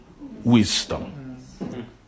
wisdom